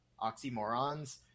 oxymorons